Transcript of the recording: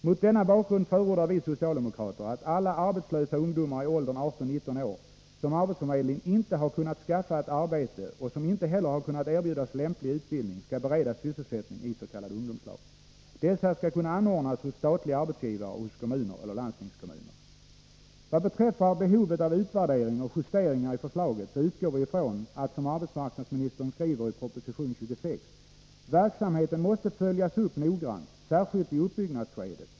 Mot denna bakgrund förordar vi socialdemokrater att alla arbetslösa ungdomar i åldern 18-19 år, som arbetsförmedlingen inte har kunnat skaffa ett arbete och som inte heller har kunnat erbjudas lämplig utbildning, skall beredas sysselsättning i s.k. ungdomslag. Dessa skall kunna anordnas hos statliga arbetsgivare och hos kommuner eller landstingskommuner. Vad beträffar behovet av utvärdering och justeringar i förslaget utgår vi ifrån att, som arbetsmarknadsministern skriver i proposition 26, verksamheten måste följas upp noggrant, särskilt under uppbyggnadsskedet.